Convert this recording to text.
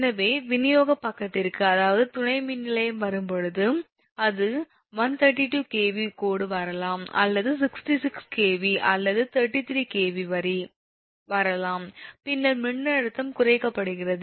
எனவே விநியோகப் பக்கத்திற்கு அதாவது துணை மின்நிலையம் வரும்போது வரும்போது அது 132 𝑘𝑉 கோடு வரலாம் அல்லது 66 𝑘𝑉 அல்லது 33 𝑘𝑉 வரி வரலாம் பின்னர் மின்னழுத்தம் குறைக்கப்படுகிறது